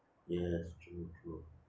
yes true true